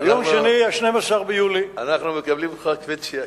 אנחנו מקבלים אותך כפי שאתה.